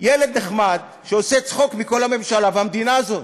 ילד נחמד שעושה צחוק מכל הממשלה והמדינה הזאת.